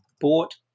bought